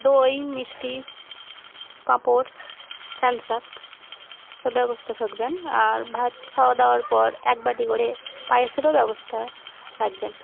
দই মিষ্টি পাঁপড় থাম্বস আপ সব ব্যবস্থা থাকবেন আর ভাত খাওয়া দাওয়ার পর এক বাটি করে পায়েসেরও ব্যবস্থা রাখবেন